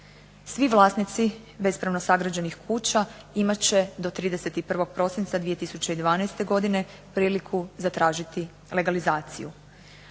Svi vlasnici bespravno sagrađenih kuća imat će do 31. prosinca 2012. godine priliku zatražiti legalizaciju.